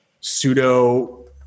pseudo